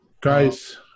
Guys